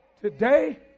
today